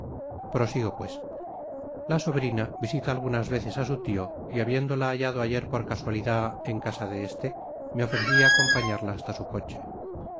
prosigo pues la sobrina visita algunas veces á su tio y habiéndola hallado ayer por casualidad en casa de este me ofreci á acompañarla hasta su coche